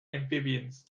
amphibians